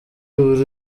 uri